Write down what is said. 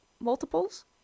multiples